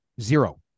zero